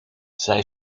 zij